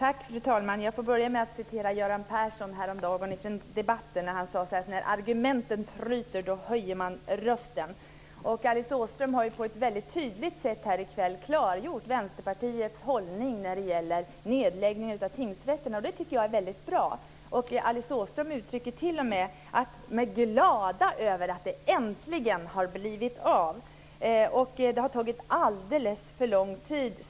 Fru talman! Göran Persson sade häromdagen i debatten att när argumenten tryter då höjer man rösten. Alice Åström har på ett väldigt tydligt sätt klargjort Vänsterpartiets hållning när det gäller nedläggning av tingsrätterna. Det är väldigt bra. Alice Åström är t.o.m. glad över att det äntligen har blivit av. Hon tycker att det har tagit alldeles för lång tid.